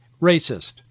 racist